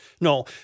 No